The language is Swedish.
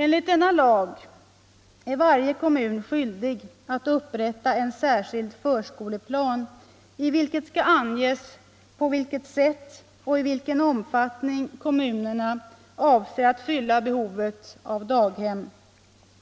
Enligt denna lag är varje kommun skyldig att upprätta en särskild förskoleplan, i vilken skall anges på vilket sätt och i vilken omfattning kommunerna avser att fylla behovet av daghem